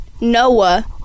Noah